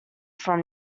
from